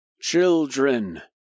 children